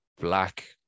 black